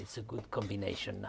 it's a good combination